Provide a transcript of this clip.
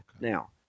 Now